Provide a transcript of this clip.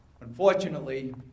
Unfortunately